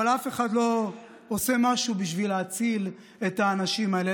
אבל אף אחד לא עושה משהו בשביל להציל את האנשים האלה.